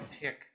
pick